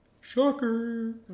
Shocker